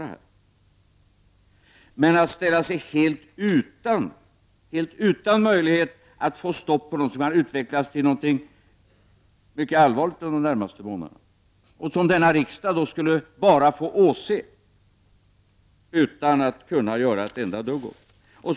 Det vore fel att ställa sig helt utan möjlighet att få stopp på något som skulle ha utvecklat sig till någonting mycket allvarligt de närmaste månaderna och som denna riksdag skulle få åse utan att kunna göra ett enda dugg åt det.